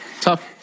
Tough